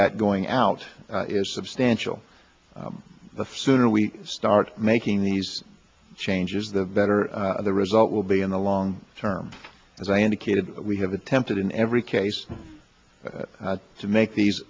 that going out is substantial the sooner we start making these changes the better the result will be in the long term as i indicated we have attempted in every case to make these